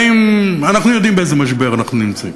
שנמצאים, אנחנו יודעים באיזה משבר אנחנו נמצאים.